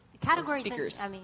categories